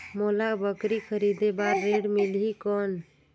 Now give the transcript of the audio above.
मोला बकरी खरीदे बार ऋण मिलही कौन?